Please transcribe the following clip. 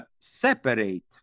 separate